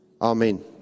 Amen